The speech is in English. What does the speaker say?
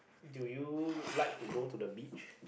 do you like to go to the beach